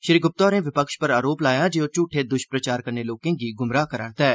श्री ग्प्ता होरें विपक्ष पर आरोप लाया जे ओ झूठे द्ष्प्रचार कन्नै लोकें गी गुमराह करा रदा ऐ